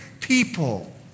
people